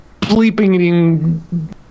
bleeping